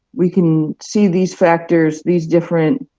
we can see these factors, these different